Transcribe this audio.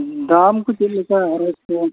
ᱫᱟᱢ ᱠᱚ ᱪᱮᱫᱞᱮᱠᱟ